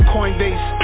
Coinbase